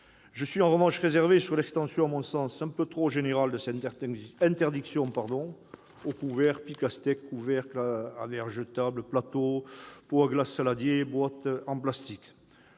Je suis par contre réservé sur l'extension, à mon sens un peu trop générale, de cette interdiction aux couverts, piques à steak, couvercles à verre jetables, plateaux-repas, pots à glace, saladiers et boîtes en plastique.